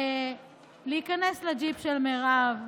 להיכנס לג'יפ של מירב,